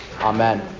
Amen